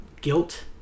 guilt